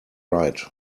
right